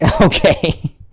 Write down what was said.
Okay